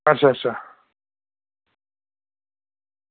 अच्छा अच्छा